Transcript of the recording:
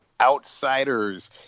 Outsiders